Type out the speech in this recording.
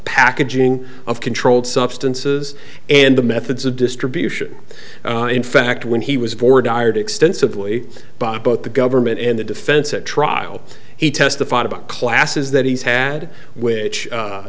packaging of controlled substances and the methods of distribution in fact when he was board dired extensively by both the government and the defense at trial he testified about classes that he's had which